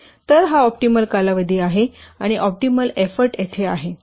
तर हा ऑप्टिमल कालावधी आहे आणि ऑप्टिमल एफ्फोर्ट येथे आहे